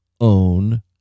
own